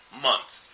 month